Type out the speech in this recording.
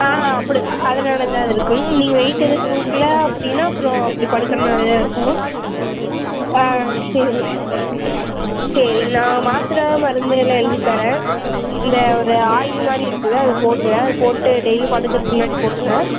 ஆ அப்படி அதனால தான் அது இருக்கும் நீங்கள் வெயிட் எதா தூக்கல அப்படின்னா அப்புறோம் அப்படி படுக்கறனாலே தான் இருக்கும் ஆ சரி சரி நான் மாத்திரை மருந்துலாம் எழுதி தரேன் இந்த ஒரு ஆயில் மாதிரி இருக்குல்ல அதை போடுங்க அதை போட்டு டெய்லி படுக்கறதுக்கு முன்னாடி போடுங்கள்